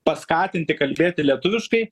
paskatinti kalbėti lietuviškai